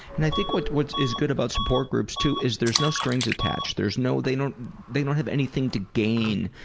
and i think what's what's good about support groups too is there's no strings attached. there's no they don't they don't have anything to gain